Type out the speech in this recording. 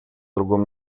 другом